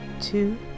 two